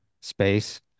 space